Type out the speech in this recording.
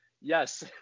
Yes